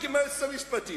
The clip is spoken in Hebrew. מה זאת אומרת?